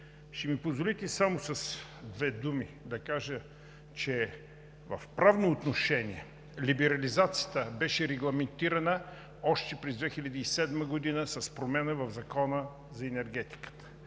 Ще ми позволите само с две думи да кажа, че в правно отношение либерализацията беше регламентирана още през 2007 г. с промяна в Закона за енергетиката,